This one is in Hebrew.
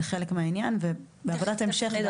זה חלק מהעניין ובעבודת ההמשך.